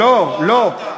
לא, לא.